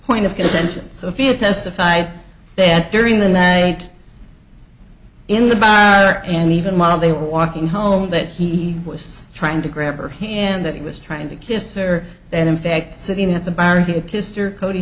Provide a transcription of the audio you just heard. point of contention sophia testified that during the night in the back and even while they were walking home that he was trying to grab her hand that he was trying to kiss her and in fact sitting at the barricade kister cody